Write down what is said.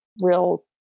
real